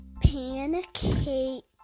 Pancake